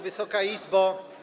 Wysoka Izbo!